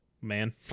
man